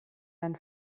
ein